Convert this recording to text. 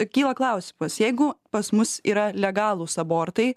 kyla klausimas jeigu pas mus yra legalūs abortai